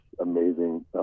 amazing